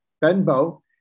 Benbow